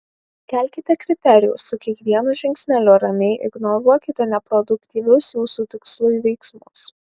kelkite kriterijų su kiekvienu žingsneliu ramiai ignoruokite neproduktyvius jūsų tikslui veiksmus